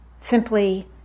simply